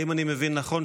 האם אני מבין נכון,